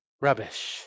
Rubbish